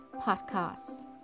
podcast